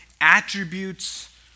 Attributes